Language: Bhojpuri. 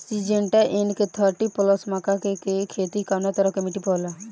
सिंजेंटा एन.के थर्टी प्लस मक्का के के खेती कवना तरह के मिट्टी पर होला?